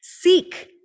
Seek